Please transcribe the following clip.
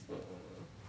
mm